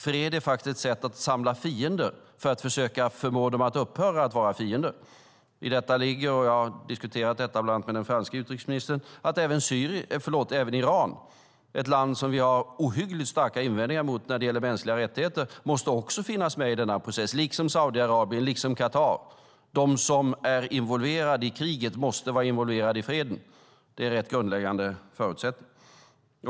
Fred är ett sätt att samla fiender för att försöka förmå dem att upphöra att vara fiender. I detta ligger - jag har diskuterat det med bland annat den franske utrikesministern - att även Iran, ett land som vi har ohyggligt starka invändningar mot på grund av bristen på mänskliga rättigheter, måste finnas med i processen, liksom Saudiarabien och Qatar. De som är involverade i kriget måste vara involverade i freden. Det är en grundläggande förutsättning.